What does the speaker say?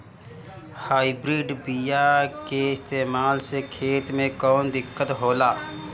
Hybrid बीया के इस्तेमाल से खेत में कौन दिकत होलाऽ?